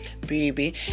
baby